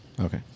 okay